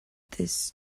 this